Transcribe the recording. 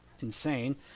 Insane